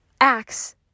acts